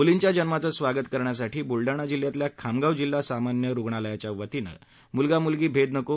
मुलींच्या जन्माचं स्वागत करण्यासाठी बुलडाणा जिल्ह्यातल्या खामगाव जिल्हा सामान्य रुग्णालयाच्या वतीनं मुलगा मुलगी भेद नको